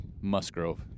Musgrove